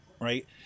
Right